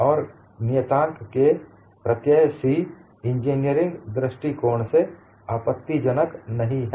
और नियताँक K प्रत्यय C इंजीनियरिंग दृष्टिकोण से आपत्तिजनक नहीं है